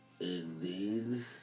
indeed